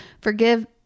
Forgive